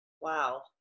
Wow